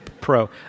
pro